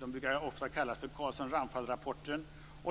Man brukar tala om Carlsson Ramphal-rapporten.